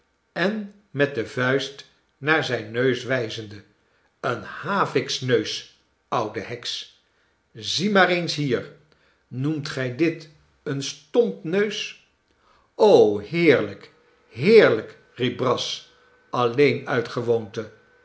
en met de vuist naar zijn neus wijzende een haviksneus oude heks zie maar eens hier noemt gij dit een stompneus heerlijk heerlijk riep brass alleen uit gewoonte